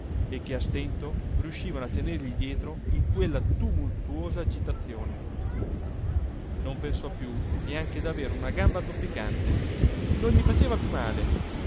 e che a stento riuscivano a tenergli dietro in quella tumultuosa agitazione non pensò più neanche daver una gamba zoppicante non gli faceva più male